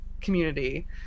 community